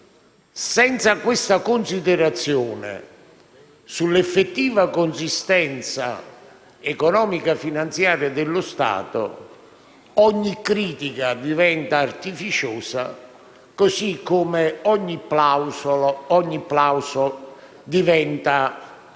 senza questa considerazione sull'effettiva consistenza economico-finanziaria dello Stato ogni critica diventa artificiosa, così come ogni plauso diventa una